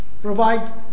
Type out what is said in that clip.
provide